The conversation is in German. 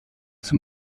zum